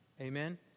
Amen